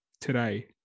today